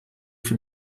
für